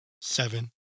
seven